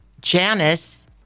Janice